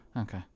Okay